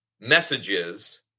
messages